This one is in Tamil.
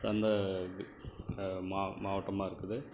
சார்ந்த மா மாவட்டமாக இருக்குது